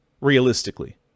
realistically